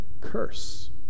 curse